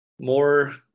more